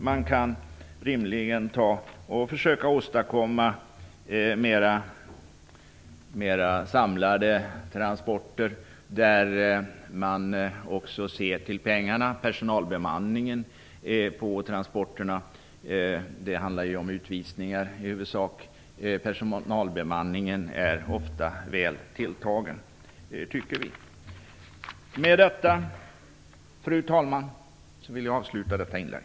Man kan rimligen försöka åstadkomma mera samlade transporter och se till kostnaderna för personalbemanningen vid transporterna. Det handlar i huvudsak om utvisningar, och vi tycker att personalbemanningen ofta är väl tilltagen. Med detta, fru talman, vill jag avsluta detta inlägg.